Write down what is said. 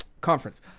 conference